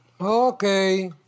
Okay